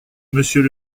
monsieur